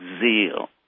zeal